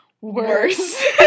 worse